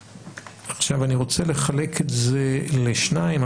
אני רוצה לחלק את זה לשניים.